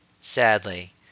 sadly